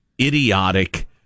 idiotic